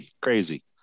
Crazy